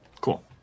Cool